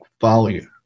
value